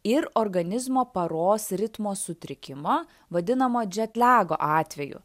ir organizmo paros ritmo sutrikimo vadinamo džetlego atveju